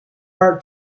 are